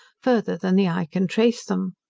further than the eye can trace them.